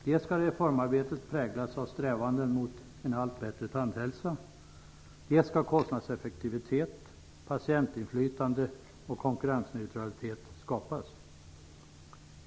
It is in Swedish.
Dels skall reformarbetet präglas av strävanden mot en allt bättre tandhälsa, dels skall kostnadseffektivitet, patientinflytande och konkurrensneutralitet skapas.